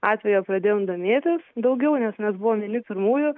atvejo pradėjom domėtis daugiau nes mes buvom vieni pirmųjų